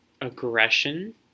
aggression